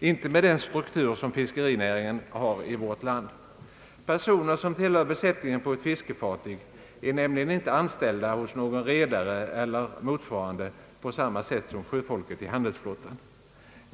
inte med den struktur som fiskerinäringen har i vårt land. Personer som tillhör besättningen på ett fiskefartyg är nämligen inte anställda hos någon redare eller motsvarande på samma sätt som sjöfolket i handelsflottan.